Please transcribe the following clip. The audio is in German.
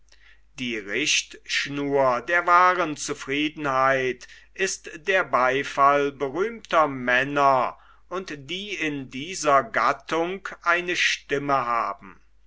die richtschnur der wahren zufriedenheit ist der beifall berühmter männer und die in dieser gattung eine stimme haben